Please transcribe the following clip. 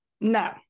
No